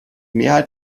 mehrheit